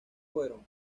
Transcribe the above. fueron